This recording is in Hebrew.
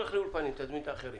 לאולפנים, תזמין את האחרים.